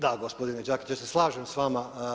Da, gospodine Đakić ja se slažem sa vama.